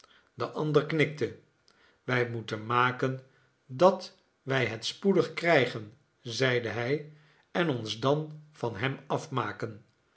de ander knikte wij moeten maken dat wij het spoedig krijgen zeide hij en ons dan van hem afmaken